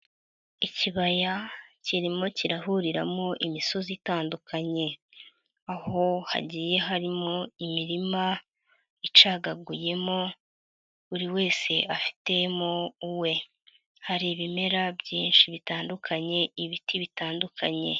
lkibaya kirimo kirahuriramo imisozi itandukanye, aho hagiye harimo imirima icagaguyemo ,buri wese afitemo uwe .Hari ibimera byinshi bitandukanye, ibiti bitandukanye.